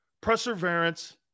perseverance